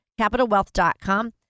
capitalwealth.com